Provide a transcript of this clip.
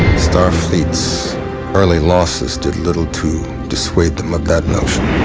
starfleet's early losses did little to dissuade them of that notion.